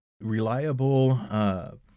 reliable